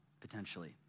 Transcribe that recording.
potentially